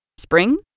Spring